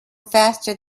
faster